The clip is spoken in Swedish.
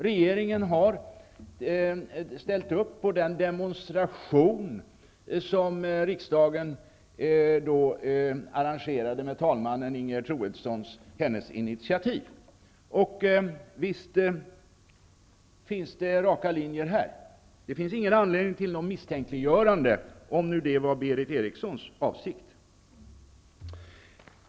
Regeringen har ställt upp på den demonstration som riksdagen arrangerade på talman Ingegerd Troedssons initiativ. Visst finns det raka linjer här. Det finns ingen anledning till något misstänkliggörande, om nu det var Berith Erikssons avsikt.